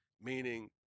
Meaning